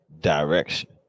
direction